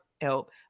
help